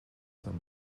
some